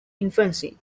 infancy